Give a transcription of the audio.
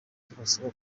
turasaba